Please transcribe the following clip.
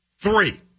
Three